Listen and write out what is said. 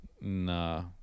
Nah